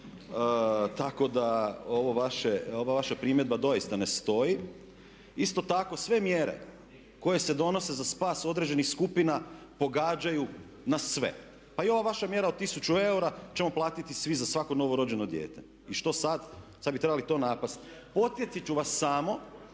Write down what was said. vaše, ova vaša primjedba doista ne stoji. Isto tako sve mjere koje se donose za spas određenih skupina pogađaju nas sve, pa i ova vaša mjera od tisuću eura ćemo platiti svi za svako novorođeno dijete, i što sad. Sad bi trebali to napast. Podsjetit ću vas samo